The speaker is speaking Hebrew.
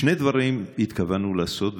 שני דברים התכוונו לעשות,